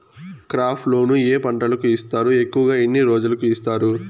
crop loan ఏ పంటలకు ఇస్తారు ఎక్కువగా ఎన్ని రోజులకి ఇస్తారు